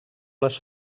les